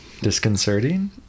Disconcerting